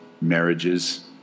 marriages